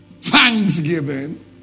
Thanksgiving